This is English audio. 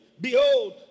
Behold